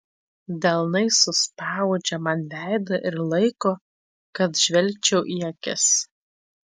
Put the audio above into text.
delnais suspaudžia man veidą ir laiko kad žvelgčiau į akis